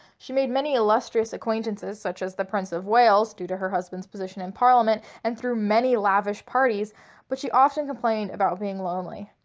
she made many illustrious acquaintances such as the prince of wales, due to her husband's position in parliament and threw many lavish parties but she often complained about being lonely.